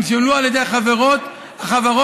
הם שולמו על ידי החברות המוכְרות,